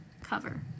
cover